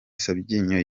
sabyinyo